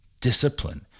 Discipline